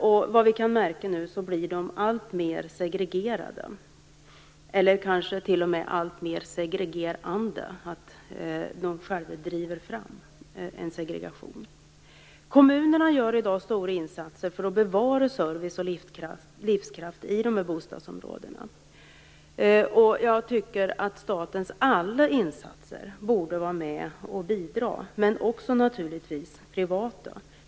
Såvitt vi kan märka nu blir de alltmer segregerade eller kanske t.o.m. alltmer segregerande. De driver själva fram en segregation. Kommunerna gör i dag stora insatser för att bevara service och livskraft i de här bostadsområdena. Jag tycker att statens alla insatser borde finnas med och bidra, men också naturligtvis privata.